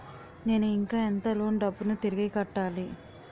నేను ఇంకా ఎంత లోన్ డబ్బును తిరిగి కట్టాలి?